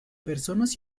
personas